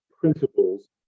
principles